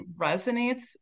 resonates